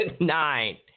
Nine